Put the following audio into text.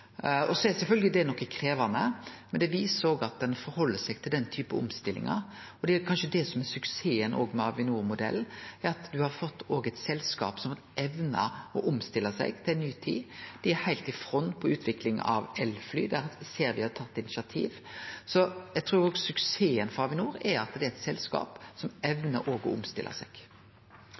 Så er det sjølvsagt noko krevjande, men det viser òg at ein held seg til den typen omstillingar. Det er kanskje det som er suksessen med Avinor-modellen, at ein har fått eit selskap som evnar å omstille seg til ei ny tid. Dei er heilt i front i utviklinga av elfly – der ser me dei har tatt initiativ. Så eg trur suksessen til Avinor er at det er eit selskap som òg evnar å omstille seg.